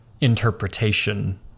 interpretation